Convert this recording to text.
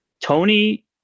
tony